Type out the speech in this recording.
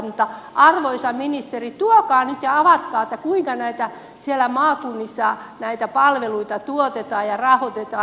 mutta arvoisa ministeri tuokaa nyt ja avatkaa kuinka näitä palveluita siellä maakunnissa tuotetaan ja rahoitetaan